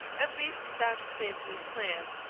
at least that was antony's plan,